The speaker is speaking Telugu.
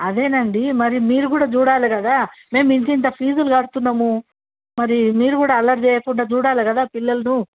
అదేనండి మరి మీరు కూడా చూడాలె కదా మేము ఇంతంత ఫీజులు కడుతున్నాము మరి మీరు కూడా అల్లరి చేయకుండా చూడాలి కదా పిల్లలను